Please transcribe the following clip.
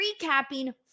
recapping